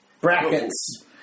brackets